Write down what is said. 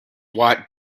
watt